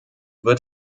wird